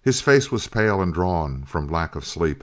his face was pale and drawn from lack of sleep